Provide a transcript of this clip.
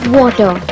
water